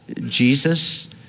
Jesus